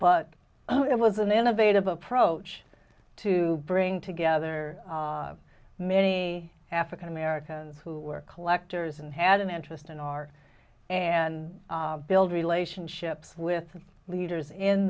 but oh it was an innovative approach to bring together many african americans who were collectors and had an interest in art and build relationships with the leaders in